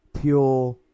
Pure